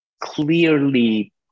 clearly